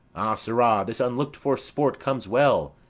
ah, sirrah, this unlook'd-for sport comes well.